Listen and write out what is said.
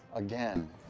again?